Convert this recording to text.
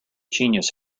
genius